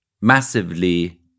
massively